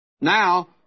now